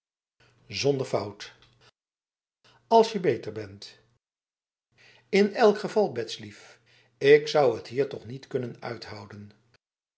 zonder foutf als je beter bentf in elk geval bets lief ik zou het hier toch niet kunnen uithouden